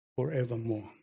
forevermore